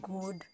good